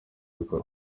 gukora